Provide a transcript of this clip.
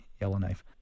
Yellowknife